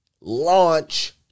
launch